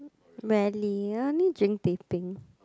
rarely I only drink teh peng